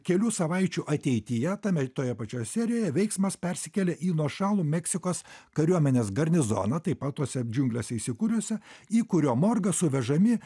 kelių savaičių ateityje tame toje pačioje serijoje veiksmas persikelia į nuošalų meksikos kariuomenės garnizoną taip pat tose džiunglėse įsikūrusią į kurio morgą suvežami